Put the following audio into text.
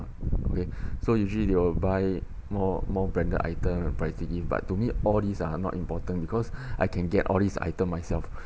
okay so usually they will buy more more branded item and pricey gift but to me all these are not important because I can get all these item myself